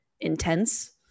intense